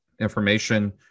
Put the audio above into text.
information